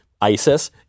ISIS